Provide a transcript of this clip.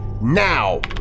Now